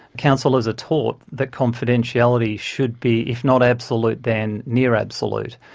counsellors are taught that confidentiality should be, if not absolute then near absolute,